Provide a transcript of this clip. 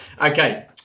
okay